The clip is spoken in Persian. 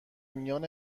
میان